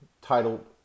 titled